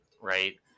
right